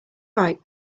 right